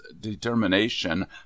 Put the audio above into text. determination